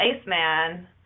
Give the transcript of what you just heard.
Iceman